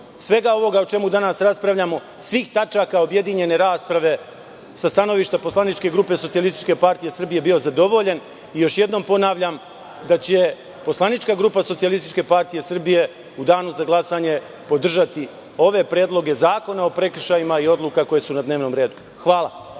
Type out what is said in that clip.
svega ovoga o čemu danas raspravljamo, svih tačaka objedinjene rasprave, sa stanovišta poslaničke grupe SPS bio zadovoljen. I još jednom ponavljam da će poslanička grupa SPS u Danu za glasanje podržati ove predloge zakona o prekršajima i odluke koje su na dnevnom redu. Hvala.